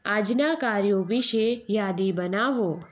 આજનાં કાર્યો વિષે યાદી બનાવો